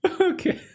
Okay